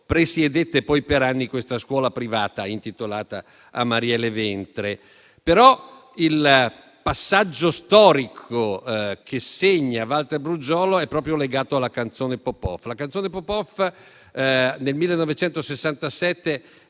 presiedette poi per anni questa scuola privata a lei intitolata. Però il passaggio storico che segna Valter Brugiolo è proprio legato alla canzone «Popoff». La canzone «Popoff» nel 1967